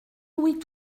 louis